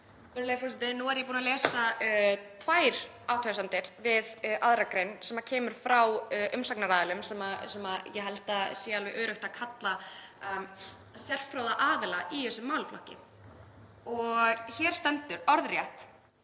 Nú er ég búin að lesa tvær athugasemdir við 2. gr. sem koma frá umsagnaraðilum sem ég held að sé alveg öruggt að kalla sérfróða í þessum málaflokki. Og hér stendur orðrétt: